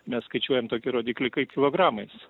mes skaičiuojam tokį rodiklį kai kilogramais